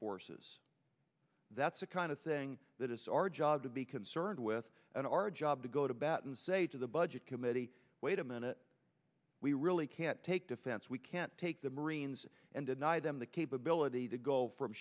forces that's the kind of thing that is our job to be concerned with in our job to go to bat and say to the budget committee wait a minute we really can't take defense we can't take the marines and deny them the capability to go from